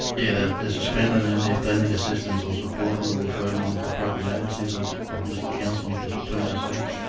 yes, they're suspended, and if they need assistance or support we'll refer them to one of the appropriate agencies or or just counsel them just between ourselves.